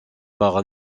par